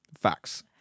Facts